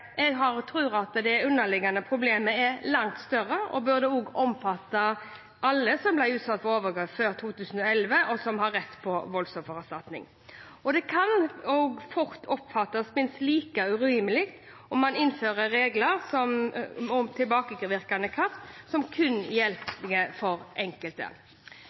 langt større. Det burde omfatte alle som ble utsatt for overgrep før 2011, og som har rett på voldsoffererstatning. Det kan fort oppfattes minst like urimelig om man innfører regler om tilbakevirkende kraft som kun gjelder for enkelte.